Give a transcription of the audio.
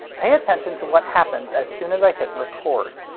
pay attention to what happens as soon as i hit record.